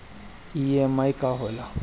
EMI का होला?